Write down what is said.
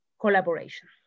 collaboration